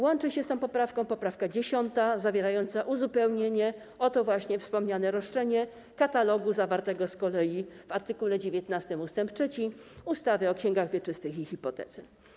Łączy się z tą poprawką poprawka 10. zawierająca uzupełnienie o to właśnie wspomniane roszczenie katalogu zawartego z kolei w art. 19 ust. 3 ustawy o księgach wieczystych i hipotece.